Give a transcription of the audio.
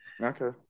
Okay